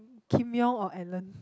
Kim-Yeong or Allen